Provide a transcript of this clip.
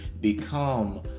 become